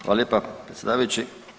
Hvala lijepa, predsjedavajući.